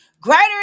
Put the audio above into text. Greater